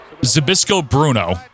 Zabisco-Bruno